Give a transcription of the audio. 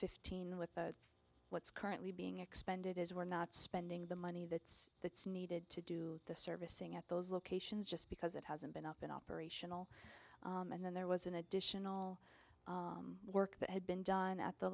fifteen with what's currently being expended is we're not spending the money that's that's needed to do the servicing at those locations just because it hasn't been up and operational and then there was an additional work that had been done at the